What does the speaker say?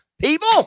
people